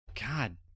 God